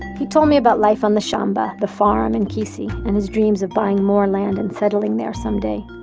he told me about life on the shamba, the farm, in kisi and his dreams of buying more land and settling there someday.